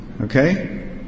Okay